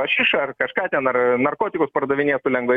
hašišą ar kažką ten ar narkotikus pardavinėtų lengvai